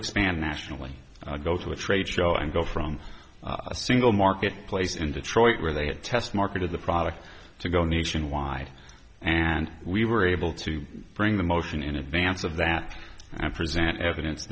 expand nationally go to a trade show and go from a single market place in detroit where they test marketed the product to go nationwide and we were able to bring the motion in advance of that and present evidence